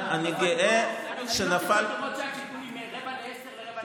שותה קפה בבית קפה כזה או אחר,